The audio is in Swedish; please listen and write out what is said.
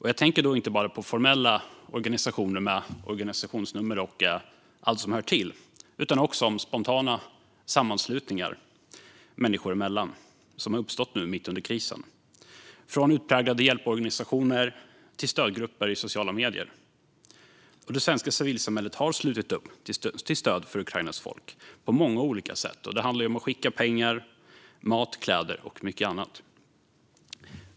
Jag tänker då inte bara på formella organisationer med organisationsnummer och allt som hör till utan också på spontana sammanslutningar människor emellan som har uppstått nu mitt under krisen - från utpräglade hjälporganisationer till stödgrupper i sociala medier. Det svenska civilsamhället har slutit upp till stöd för Ukrainas folk på många olika sätt. Det handlar om att skicka pengar, mat, kläder och mycket annat.